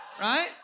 right